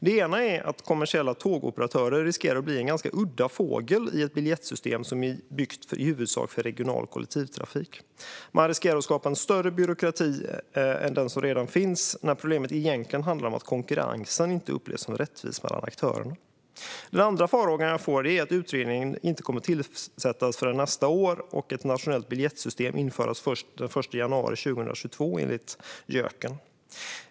Den ena är att kommersiella tågoperatörer riskerar att bli en udda fågel i ett biljettsystem som är byggt för i huvudsak regional kollektivtrafik. Man riskerar att skapa en större byråkrati än den som redan finns när problemet egentligen handlar om att konkurrensen inte upplevs som rättvis mellan aktörerna. Den andra farhågan jag får är att utredningen inte kommer att tillsättas förrän nästa år och att ett nationellt biljettsystem kommer att införas först den 1 januari 2022, enligt JÖK:en.